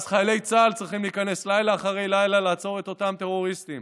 אז חיילי צה"ל צריכים להיכנס לילה אחרי לילה לעצור את אותם טרוריסטים.